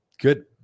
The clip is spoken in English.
Good